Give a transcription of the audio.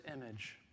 image